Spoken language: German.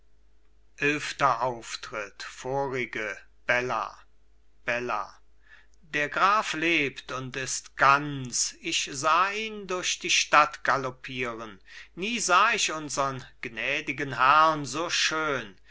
eilfter auftritt vorige bella bella der graf lebt und ist ganz ich sah ihn durch die stadt galoppieren nie sah ich unsern gnädigen herrn so schön